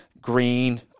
Green